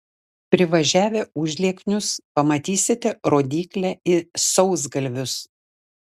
privažiavę užlieknius pamatysite rodyklę į sausgalvius